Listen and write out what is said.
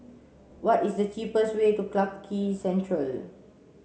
what is the cheapest way to Clarke Quay Central